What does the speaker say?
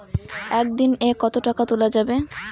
একদিন এ কতো টাকা তুলা যাবে?